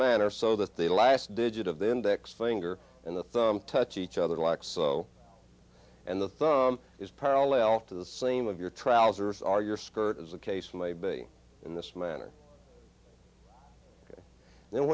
manner so that the last digit of the index finger in the thumb touch each other like so and the thumb is parallel to the same of your trousers are your skirt as the case may be in this manner